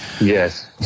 Yes